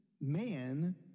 man